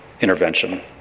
intervention